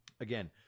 again